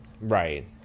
right